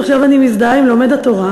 ועכשיו אני מזדהה עם לומד התורה: